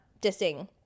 dissing